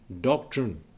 doctrine